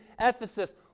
Ephesus